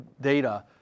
data